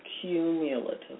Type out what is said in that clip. cumulative